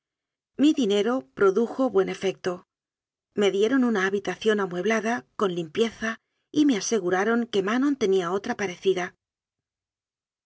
mi dinero produjo buen efecto me dieron una habitación amueblada con limpieza y me aseguraron que manon tenía otra parecida